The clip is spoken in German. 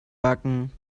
backen